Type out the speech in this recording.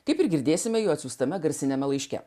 kaip ir girdėsime jų atsiųstame garsiniame laiške